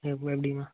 இப்போ எப்படிமா